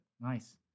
Nice